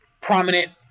Prominent